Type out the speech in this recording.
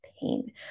pain